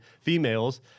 females